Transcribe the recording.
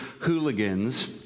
hooligans